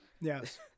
yes